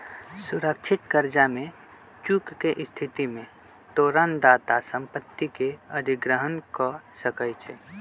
सुरक्षित करजा में चूक के स्थिति में तोरण दाता संपत्ति के अधिग्रहण कऽ सकै छइ